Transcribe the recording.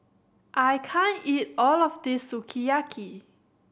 I can't eat all of this Sukiyaki